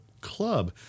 club